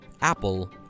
Apple